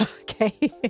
Okay